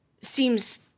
seems